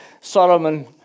Solomon